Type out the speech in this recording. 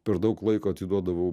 per daug laiko atiduodavau